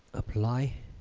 apply